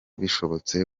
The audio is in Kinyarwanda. bishobotse